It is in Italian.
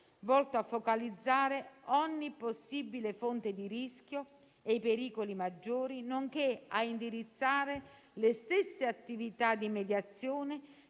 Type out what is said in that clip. volto a focalizzare ogni possibile fonte di rischio e i pericoli maggiori, nonché a indirizzare le stesse attività di mediazione